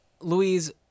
Louise